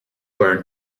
learned